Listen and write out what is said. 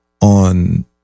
on